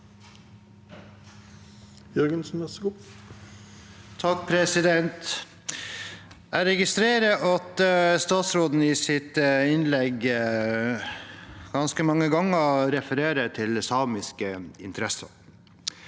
Jeg registrerer at statsråden i sitt innlegg ganske mange ganger refererer til samiske interesser.